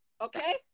Okay